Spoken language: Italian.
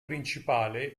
principale